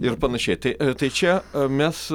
ir panašiai tai tai čia mes